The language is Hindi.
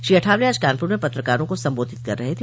श्री अठावले आज कानपुर में पत्रकारों को संबोधित कर रहे थे